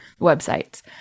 websites